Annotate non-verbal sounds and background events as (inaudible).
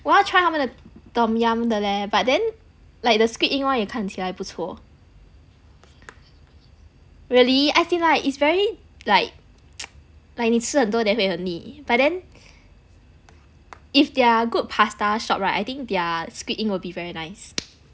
我要 try 他们的 tom yum 的 leh but then like the squid ink [one] 也看起来不错 really as in like it's very like like (noise) 你吃很多 then 会很腻 but then if they're good pasta shop right I think their squid ink will be very nice